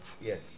Yes